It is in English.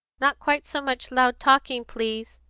not quite so much loud talking, please,